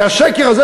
כי השקר הזה,